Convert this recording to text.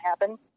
happen